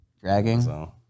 Dragging